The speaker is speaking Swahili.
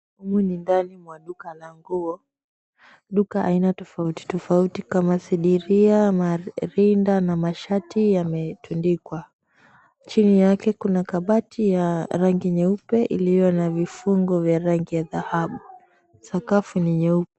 Humu ni ndani mwa duka la nguo. Duka aina tofauti tofauti kama sidiria, marinda na mashati yametundikwa. Chini yake kuna kabati ya rangi nyeupe iliyo na vifungo vya rangi ya dhahabu. Sakafu ni nyeupe.